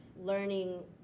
learning